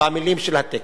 במלים של הטקס.